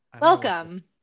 Welcome